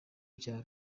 bya